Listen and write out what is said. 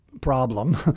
problem